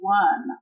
one